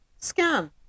scam